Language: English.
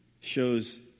shows